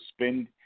spend